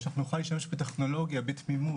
או שאנחנו נוכל להישאר בטכנולוגיה בתמימות,